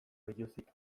biluzik